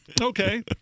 Okay